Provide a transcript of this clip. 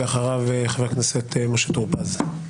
ואחריו חבר הכנסת משה טור פז.